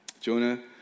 Jonah